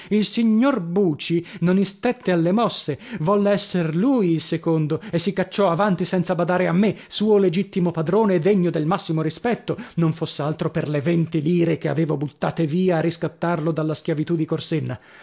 il signor buci non istette alle mosse volle esser lui il secondo e si cacciò avanti senza badare a me suo legittimo padrone e degno del massimo rispetto non foss'altro per le venti lire che avevo buttate via a riscattarlo dalla schiavitù di corsenna